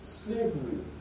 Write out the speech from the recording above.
slavery